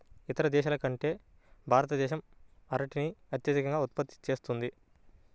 ఇతర దేశాల కంటే భారతదేశం అరటిని అత్యధికంగా ఉత్పత్తి చేస్తుంది